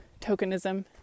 tokenism